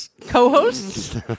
co-hosts